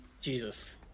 Jesus